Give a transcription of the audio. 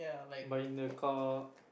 but in the car